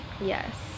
Yes